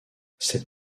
cette